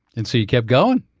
and so you kept going?